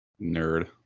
Nerd